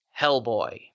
Hellboy